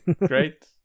great